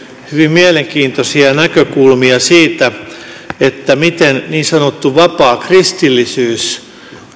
mielenkiintoisia näkökulmia siitä miten niin sanottu vapaa kristillisyys